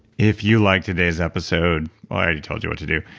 if you liked today's episode, well i already told you what to do.